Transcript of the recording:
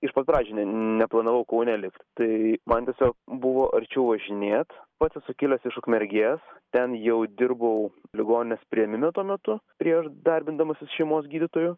iš pat pradžių ne neplanavau kaune likt tai man tiesio buvo arčiau važinėt pats esu kilęs iš ukmergės ten jau dirbau ligoninės priėmime tuo metu prieš darbindamasis šeimos gydytoju